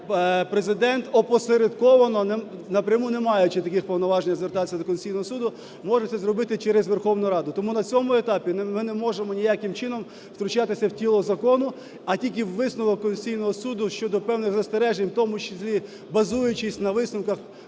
Президент опосередковано, напряму не маючи таких повноважень звертатися до Конституційного Суду, може це зробити через Верховну Раду. Тому на цьому етапі ми не можемо ніяким чином втручатися в тіло закону, а тільки в висновок Конституційного Суду щодо певних застережень, в тому числі базуючись на висновках